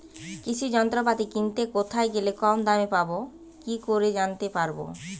কৃষি যন্ত্রপাতি কিনতে কোথায় গেলে কম দামে পাব কি করে জানতে পারব?